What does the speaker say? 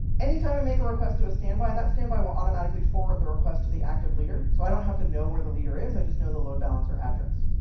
anytime i make a request to a standby, that standby will automatically forward the request to the active leader. so i don't have to know where the leader is. i just know the load balancer address.